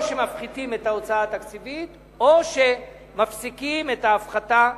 או שמפחיתים את ההוצאה התקציבית או שמפסיקים את ההפחתה,